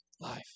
life